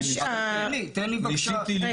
אבל תן לי בבקשה.